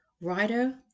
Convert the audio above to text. writer